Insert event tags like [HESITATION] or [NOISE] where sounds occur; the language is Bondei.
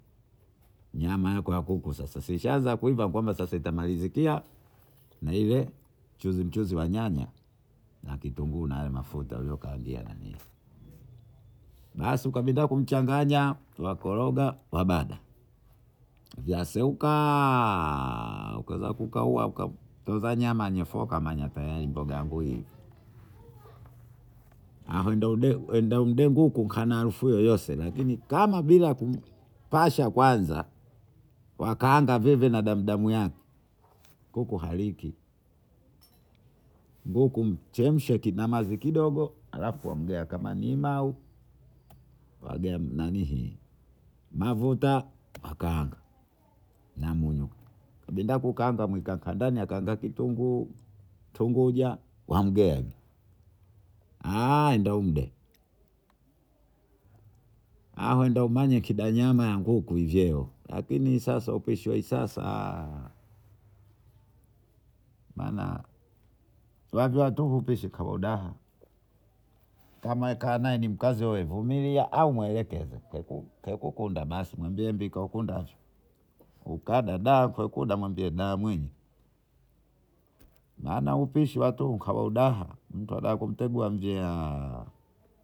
Nyama yako ya kjku sasa isha anza kuiva sasa itamalizikia na ile mchuzimchuzi wa nyanya na kitunguu na Yale mafuta uliyokaangia nani basi ukabitakumchanganya wakologa wabada vya sehukaa ukaweza kukauka kamgeiza nyama yenyefo kamanya tayari mboga yangu ni hii. Kahendaundeku kukaa na halufu yose lakini kama bila kjmpasha kwanza wakaanga vilevile na damudamu yake nguku haliki nguku nguku umchemshe namazikidogo afu wangea kama ni limau wages nanii mafuta wakaanga na munyu kabinda kukaanga ndani wakaanga kitunguu tunguja wamgea [HESITATION] hawandiomanya kidanyama wanguku hivyeo lakini isasa upishi wa sasa [HESITATION] maana waviatuu upishi kaudaa kama waikaanao ni kaziwa wevumilia au mwelekeze kekukunda basi mwambie mpeka ukunda ukada daa pekuda mwambie damwenyewe maana upishitu kaudawa mtu atakakutegua mwambie [HESITATION]